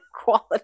quality